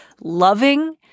loving